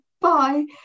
bye